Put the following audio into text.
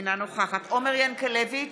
אינה נוכחת עומר ינקלביץ'